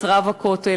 את רב הכותל,